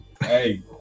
hey